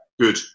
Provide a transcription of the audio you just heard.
Good